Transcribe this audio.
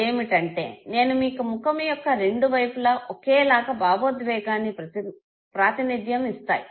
అది ఏమిటంటే నేను మీకు ముఖము యొక్క రెండు వైపులా ఒకే లాగ భావోద్వేగాన్ని ప్రాతినిధ్యం ఇస్తాయి